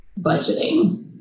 budgeting